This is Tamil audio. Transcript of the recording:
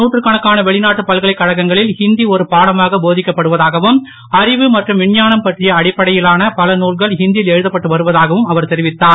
நூற்றுக் கணக்கான வெளிநாட்டுப் பல்கலைக் கழகங்களில் ஹிந்தி ஒரு பாடமாக போதிக்கப் படுவதாகவும் அறிவு மற்றும் விஞ்ஞானம் பற்றிய அடிப்படையான பல நூல்கள் ஹிந்தி யில் எழுதப்பட்டு வருவதாகவும் அவர் தெரிவித்தார்